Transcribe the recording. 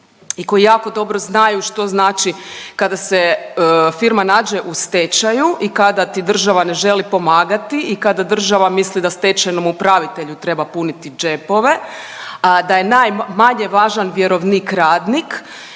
i koji jako dobro znaju što znači kada se firma nađe u stečaju i kada ti država ne želi pomagati i kada država misli da stečajnom upravitelju treba puniti džepove, a da je najmanje važan vjerovnik radnik